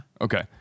Okay